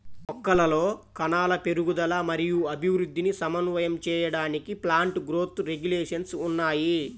మొక్కలలో కణాల పెరుగుదల మరియు అభివృద్ధిని సమన్వయం చేయడానికి ప్లాంట్ గ్రోత్ రెగ్యులేషన్స్ ఉన్నాయి